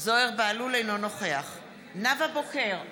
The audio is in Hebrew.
אינו נוכח נאוה בוקר,